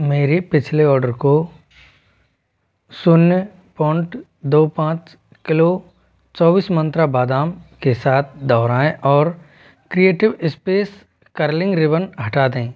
मेरे पिछले ऑर्डर को शून्य पॉन्ट दो पाँच किलो चौबीस मंत्रा बादाम के साथ दोहराएँ और क्रिएटिव इस्पेस कर्लिंग रिबन हटा दें